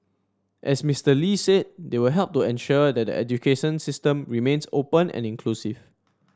as Mister Lee said they will help to ensure that the education system remains open and inclusive